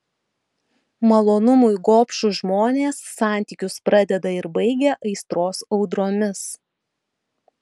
malonumui gobšūs žmonės santykius pradeda ir baigia aistros audromis